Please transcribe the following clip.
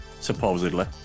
supposedly